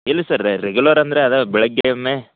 ಇಲ್ಲ sir regular ಅಂದ್ರೆ ಅದೇ ಬೆಳಿಗ್ಗೆ ಒಮ್ಮೆ